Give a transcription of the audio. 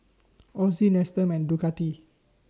Ozi Nestum and Ducati